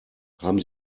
haben